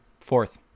Fourth